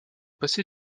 passer